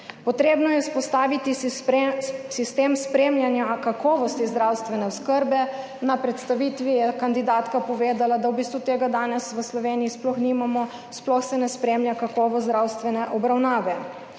Potrebno je vzpostaviti sistem spremljanja kakovosti zdravstvene oskrbe. Na predstavitvi je kandidatka povedala, da v bistvu tega danes v Sloveniji sploh nimamo, sploh se ne spremlja kakovost zdravstvene obravnave.